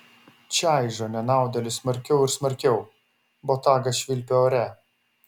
čaižo nenaudėlį smarkiau ir smarkiau botagas švilpia ore